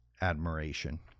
admiration